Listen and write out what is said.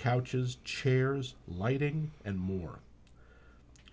couches chairs lighting and more